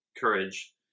courage